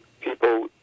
people